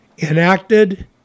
enacted